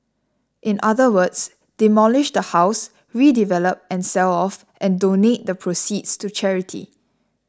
in other words demolish the house redevelop and sell off and donate the proceeds to charity